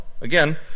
again